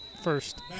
First